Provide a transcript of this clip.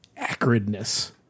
acridness